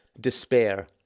despair